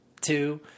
two